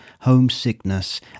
homesickness